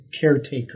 caretaker